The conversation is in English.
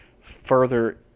further